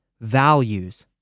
values